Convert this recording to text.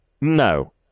No